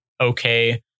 okay